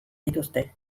dituzte